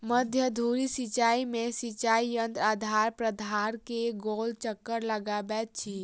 मध्य धुरी सिचाई में सिचाई यंत्र आधार प्राधार के गोल चक्कर लगबैत अछि